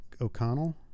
O'Connell